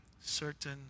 certain